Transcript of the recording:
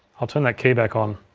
i'll turn that key back on.